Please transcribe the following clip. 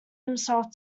himself